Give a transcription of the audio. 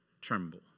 tremble